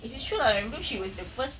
which is true lah I remember she was the first